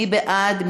מי בעד?